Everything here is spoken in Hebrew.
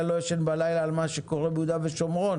לא ישן בלילה על מה שקורה ביהודה ושומרון,